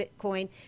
Bitcoin